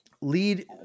lead